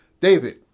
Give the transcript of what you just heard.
David